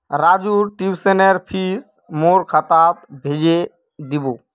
राजूर ट्यूशनेर फीस मोर खातात भेजे दीबो